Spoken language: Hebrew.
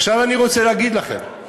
עכשיו אני רוצה להגיד לכם,